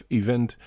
event